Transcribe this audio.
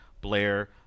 Blair